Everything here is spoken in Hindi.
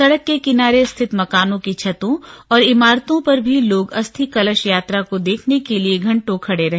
सड़क के किनारे स्थित मकानों की छतों और इमारतों पर भी लोग अस्थिकलश यात्रा को देखने के लिए घंटों खड़े रहे